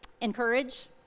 encourage